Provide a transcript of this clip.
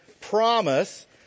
promise